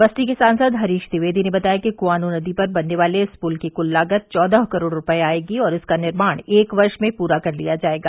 बस्ती के सांसद हरीश द्विवेदी ने बताया कि कुआनो नदी पर बनने वाले इस पुल की कुल लागत चौदह करोड़ रुपए आएगी और इसका निर्माण एक वर्ष में पूरा कर लिया जाएगा